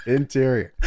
interior